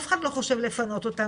אף אחד לא חושב לפנות אותם,